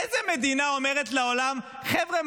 איזו מדינה אומרת לעולם: חבר'ה,